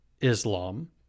Islam